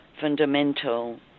fundamental